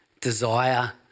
desire